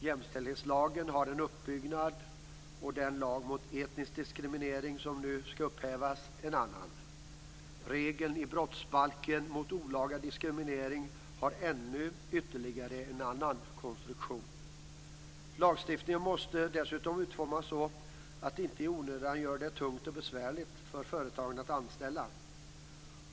Jämställdhetslagen har en utbyggnad och den lag mot etnisk diskriminering som nu skall upphävas en annan. Regeln i brottsbalken mot olaga diskriminering har ytterligare en annan konstruktion. Lagstiftningen måste dessutom utformas så att den inte i onödan gör det tungt och besvärligt för företagen att anställa.